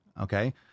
Okay